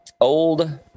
old